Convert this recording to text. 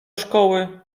szkoły